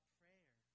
prayer